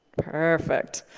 perfect.